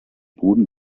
boden